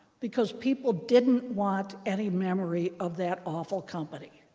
because people didn't want any memory of that awful company.